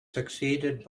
succeeded